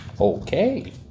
Okay